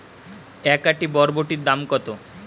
এক আঁটি বরবটির দাম কত?